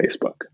Facebook